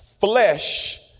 flesh